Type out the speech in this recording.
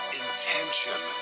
intention